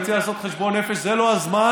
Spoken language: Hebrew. צר לי שביום כזה אתה בוחר,